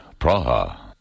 Praha